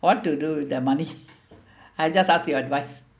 what to do with that money I just ask your advice